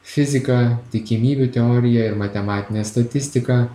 fizika tikimybių teorija ir matematinė statistika